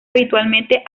habitualmente